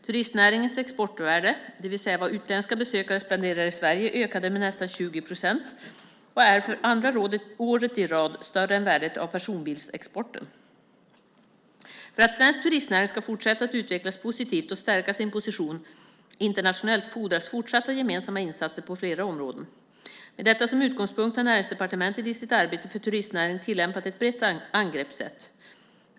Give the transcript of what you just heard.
Turistnäringens exportvärde, det vill säga vad utländska besökare spenderar i Sverige, ökade med nästan 20 procent och är för andra året i rad större än värdet av personbilsexporten. För att svensk turistnäring ska fortsätta att utvecklas positivt och stärka sin position internationellt fordras fortsatta gemensamma insatser på flera områden. Med detta som utgångspunkt har Näringsdepartementet i sitt arbete för turistnäringen tillämpat ett brett angreppssätt.